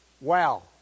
wow